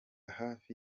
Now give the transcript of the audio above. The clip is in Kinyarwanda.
hafi